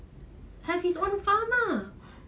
have his own farm ah